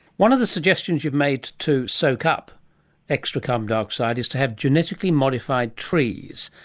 one of the suggestions you've made to soak up extra carbon dioxide is to have genetically modified trees.